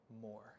more